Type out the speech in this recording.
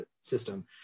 system